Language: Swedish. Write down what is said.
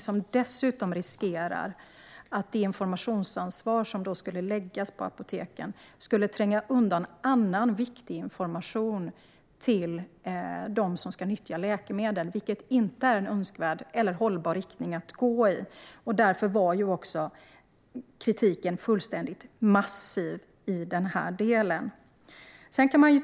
Dessutom innebär den en risk för att det informationsansvar som skulle läggas på apoteken skulle tränga undan annan viktig information till dem som ska nyttja läkemedlen. Det är inte en önskvärd eller hållbar riktning att gå i, och därför var också kritiken fullständigt massiv i den här delen.